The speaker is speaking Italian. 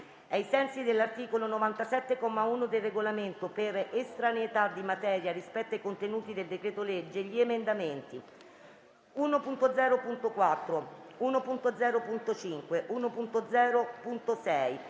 ai sensi dell'articolo 97, comma 1, del Regolamento, per estraneità di materia rispetto ai contenuti del decreto-legge, gli emendamenti 1.0.4, 1.0.5, 1.0.6,